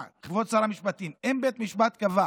כבוד שר המשפטים, אבל אם בית משפט קבע